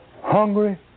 Hungry